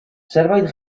zerbait